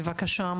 בבקשה,